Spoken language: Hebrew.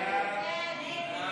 הסתייגות